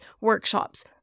workshops